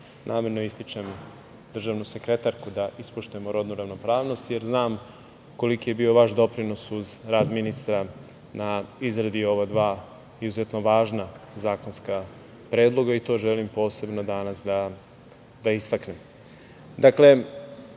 namerno ističem državnu sekretarku da ispoštujemo rodnu ravnopravnost, jer znam koliki je bio vaš doprinos uz rad ministra na izradi ova dva izuzetno važna zakonska predloga i to želim posebno danas da istaknem. Dakle,